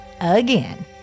Again